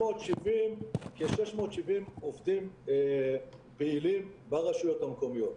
כ-670 עובדים פעילים ברשויות המקומיות.